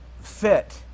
fit